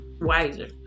wiser